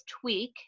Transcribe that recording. tweak